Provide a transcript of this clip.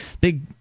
big